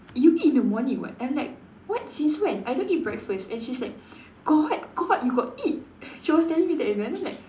you eat in the morning [what] I'm like what since when I don't eat breakfast and she's like got got you got eat she was telling me that and then I'm like